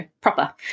proper